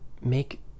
make